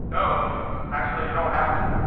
no, you actually you don't have to,